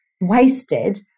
wasted